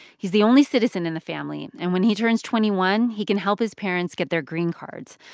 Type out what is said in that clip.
he's the only citizen in the family. and when he turns twenty one, he can help his parents get their green cards,